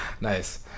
nice